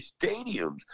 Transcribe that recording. stadiums